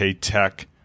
tech